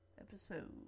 episode